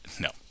No